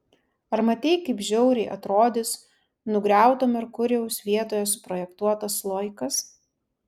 ar matei kaip žiauriai atrodys nugriauto merkurijaus vietoje suprojektuotas sloikas